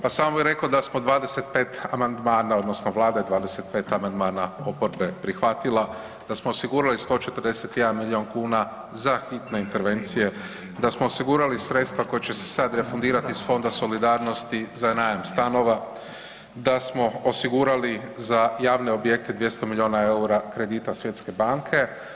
Pa samo bi reko da smo 25 amandmana odnosno vlada je 25 amandmana oporbe prihvatila, da smo osigurali 141 milijun kuna za hitne intervencije, da smo osigurali sredstva koja će se sad refundirati iz Fonda solidarnosti za najam stanova, da smo osigurali za javne objekte 200 milijuna EUR-a kredita Svjetske banke.